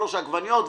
שלוש עגבניות ובורחים.